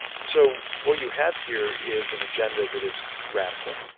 so what you have here is an agenda that is radical,